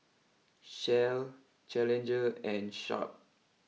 Shell Challenger and Sharp